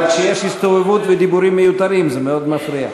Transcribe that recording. אבל כשיש הסתובבות ודיבורים מיותרים זה מאוד מפריע.